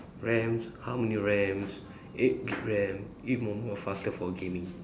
RAMs how many RAMs eight GB RAM even more faster for gaming